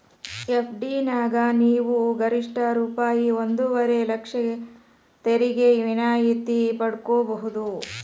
FD ನ್ಯಾಗ ನೇವು ಗರಿಷ್ಠ ರೂ ಒಂದುವರೆ ಲಕ್ಷ ತೆರಿಗೆ ವಿನಾಯಿತಿ ಪಡ್ಕೊಬಹುದು